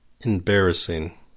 Embarrassing